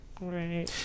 Right